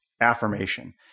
affirmation